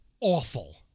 awful